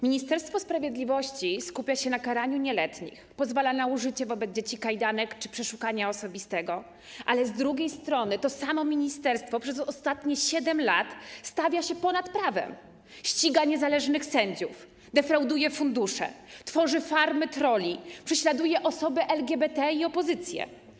Ministerstwo Sprawiedliwości skupia się na karaniu nieletnich, pozwala na użycie wobec dzieci kajdanek czy przeszukanie osobiste, ale z drugiej strony to samo ministerstwo przez ostatnie 7 lat stawia się ponad prawem, ściga niezależnych sędziów, defrauduje fundusze, tworzy farmy trolli, prześladuje osoby LGBT i opozycję.